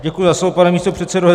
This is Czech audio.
Děkuji za slovo, pane místopředsedo.